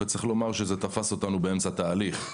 וצריך לומר שזה תפס אותנו באמצע תהליך.